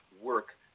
work